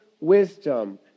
Wisdom